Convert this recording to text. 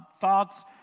thoughts